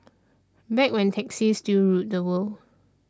back when taxis still ruled the world